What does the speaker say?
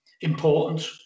important